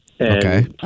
Okay